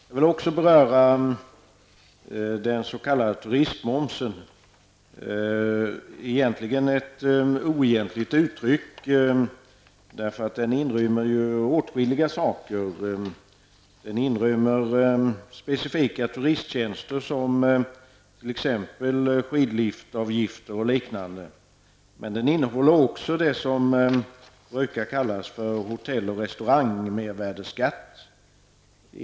Jag skall också beröra frågan om den s.k. turistmomsen, ett oegentligt uttryck eftersom det inrymmer åtskilliga saker. Det inrymmer specifika turisttjänster som t.ex. skidliftavgifter och liknande, men det innehåller också det som brukar kallas för hotell och restaurangmervärdeskatt.